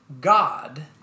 God